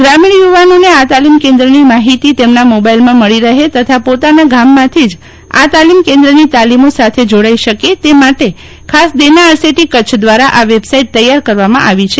ગ્રામીણ યુવાનોને આ તાલીમ કેન્દ્રની માફિતી તેમના મોબાઈલમાં મળી રફે તથા પોતાના ગામમાંથી જ આ તાલીમ કેન્દ્રની તાલીમો સાથે જોડાઈ શકે તે માટે ખાસ દેના આરસેટી કચ્છ દ્વારા આ વેબસાઈટ તૈયાર કરવામાં આવી છે